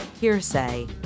hearsay